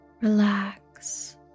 Relax